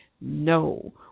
No